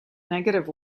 negative